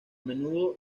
menudo